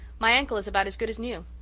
my ankle is about as good as new.